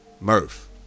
Murph